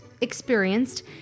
experienced